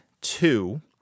two